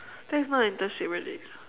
that's not internship really